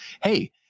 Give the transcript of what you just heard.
hey